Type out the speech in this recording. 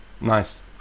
Nice